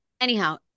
Anyhow